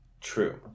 true